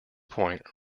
point